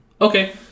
Okay